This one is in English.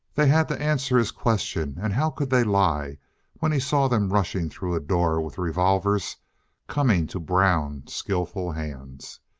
they had to answer his question, and how could they lie when he saw them rushing through a door with revolvers coming to brown, skillful hands?